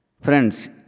Friends